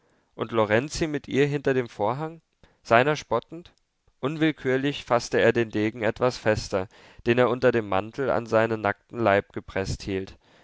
und lorenzi mit ihr hinter dem vorhang seiner spottend unwillkürlich faßte er den degen etwas fester den er unter dem mantel an seinen nackten leib gepreßt hielt